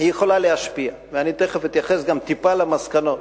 יכולה להשפיע, ואני תיכף אתייחס גם טיפה למסקנות.